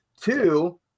two